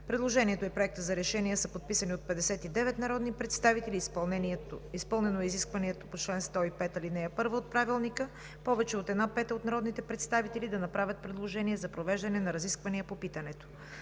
Предложението и Проектът за решение са подписани от 59 народни представители. Изпълнено е изискването по чл. 105, ал. 1 от Правилника – повече от една пета от народните представители да направят предложение за провеждане на разисквания по питането.